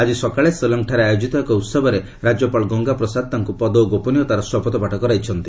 ଆଜି ସକାଳେ ଶିଳ୍ଞଠାରେ ଆୟୋଜିତ ଏକ ଉହବରେ ରାଜ୍ୟପାଳ ଗଙ୍ଗା ପ୍ରସାଦ ତାଙ୍କୁ ପଦ ଓ ଗୋପନୀୟତାର ଶପଥପାଠ କରାଇଛନ୍ତି